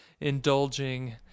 indulging